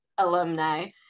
alumni